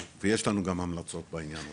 ויש לנו גם המלצות בעניין הזה,